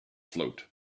float